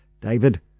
David